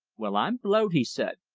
well, i'm blowed! he said.